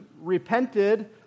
repented